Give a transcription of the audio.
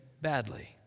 badly